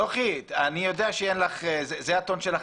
אני יודע שזה הטון שלך,